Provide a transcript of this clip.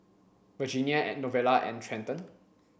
Virginia Novella and Trenton